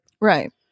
Right